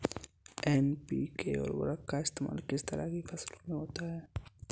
NPK उर्वरक का इस्तेमाल किस तरह की फसलों में होता है?